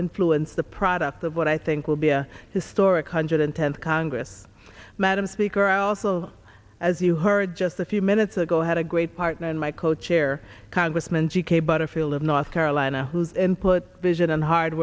influence the product of what i think will be a historic hundred tenth congress madam speaker i also as you heard just a few minutes ago had a great partner in my co chair congressman g k butterfield of north carolina whose input vision and hard